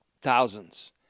Thousands